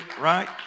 right